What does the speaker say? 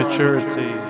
Maturity